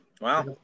Wow